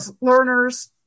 learners